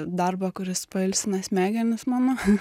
darbą kuris pailsina smegenis mano